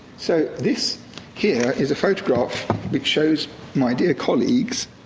so, this here is a photograph which shows my dear colleagues